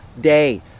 day